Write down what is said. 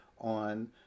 on